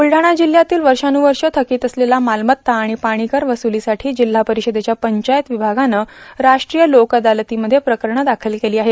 ब्रलढाणा जिल्हयातील वर्षान्रवर्ष थकीत असलेला मालमत्ता आणि पाणी कर वसुलीसाठी जिल्हा परिषदेच्या पंचायत विभागानं राष्ट्रीय लोकअदालतीमध्ये प्रकरणं दाखल केली आहेत